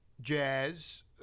jazz